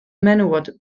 menywod